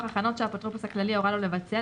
הכנות שהאפוטרופוס הכללי הורה לו לבצע,